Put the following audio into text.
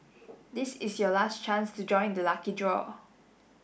this is your last chance to join the lucky draw